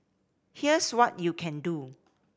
here's what you can do